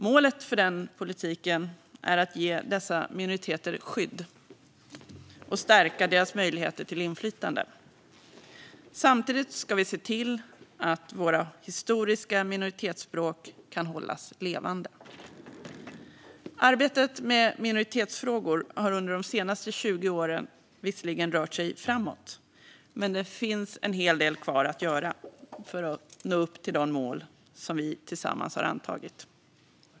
Målet för den politiken är att ge dessa minoriteter skydd och stärka deras möjligheter till inflytande. Samtidigt ska vi se till att våra historiska minoritetsspråk kan hållas levande. Arbetet med minoritetsfrågor har under de senaste 20 åren visserligen rört sig framåt, men det finns en hel del kvar att göra för att nå upp till de mål som vi tillsammans antagit.